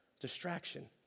Distraction